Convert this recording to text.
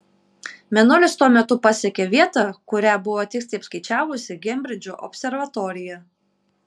mėnulis tuo metu pasiekė vietą kurią buvo tiksliai apskaičiavusi kembridžo observatorija